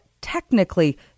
technically